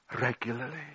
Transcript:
regularly